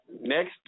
Next